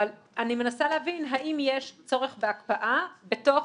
אני מנסה להבין האם יש צורך בהקפאה בתוך